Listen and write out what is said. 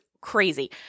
crazy